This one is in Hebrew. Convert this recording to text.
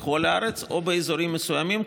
בכל הארץ או באזורים מסוימים,